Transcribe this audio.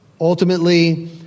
Ultimately